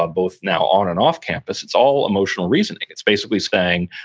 ah both now on and off campus, it's all emotional reasoning. it's basically saying,